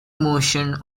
motion